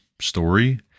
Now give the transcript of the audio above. story